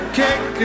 kick